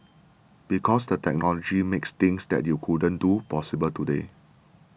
because the technology makes things that you couldn't do possible today